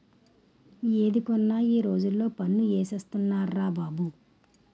ఏది కొన్నా ఈ రోజుల్లో పన్ను ఏసేస్తున్నార్రా బాబు